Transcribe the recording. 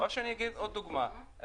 עוד דוגמה,